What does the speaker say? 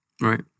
Right